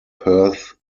perth